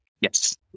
Yes